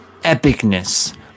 epicness